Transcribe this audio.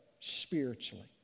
spiritually